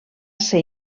ser